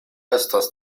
estas